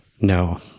no